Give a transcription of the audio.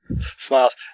Smiles